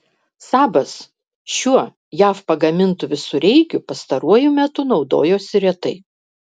sabas šiuo jav pagamintu visureigiu pastaruoju metu naudojosi retai